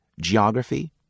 Geography